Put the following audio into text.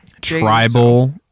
Tribal